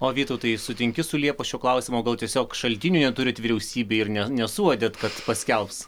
o vytautai sutinki su liepa šiuo klausimu gal tiesiog šaltinių neturit vyriausybėj ir ne nesuuodėt kad paskelbs